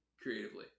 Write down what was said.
creatively